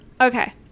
okay